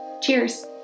Cheers